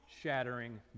shattering